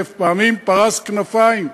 אלף פעמים פרס כנפיים,